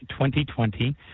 2020